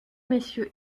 messieurs